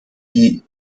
die